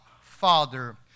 Father